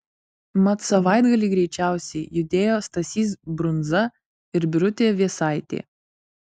mat savaitgalį greičiausiai judėjo stasys brunza ir birutė vėsaitė